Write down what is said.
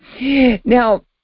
now